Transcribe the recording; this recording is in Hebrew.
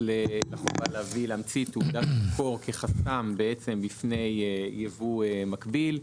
לחובה להמציא תעודת מקור כחסם בפני ייבוא מקביל,